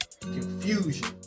confusion